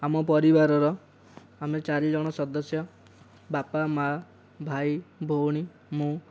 ଆମ ପରିବାରର ଆମେ ଚାରି ଜଣ ସଦସ୍ୟ ବାପା ମା' ଭାଇ ଭଉଣୀ ମୁଁ